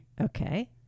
Okay